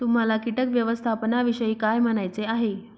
तुम्हाला किटक व्यवस्थापनाविषयी काय म्हणायचे आहे?